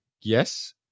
Yes